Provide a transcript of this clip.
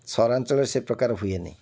ସହରାଞ୍ଚଳରେ ସେଇ ପ୍ରକାର ହୁଏନି